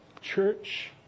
Church